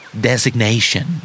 Designation